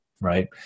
right